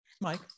Mike